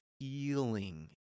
feeling